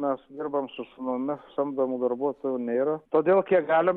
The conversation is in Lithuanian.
mes dirbam su sūnumis samdomų darbuotojų nėra todėl kiek galim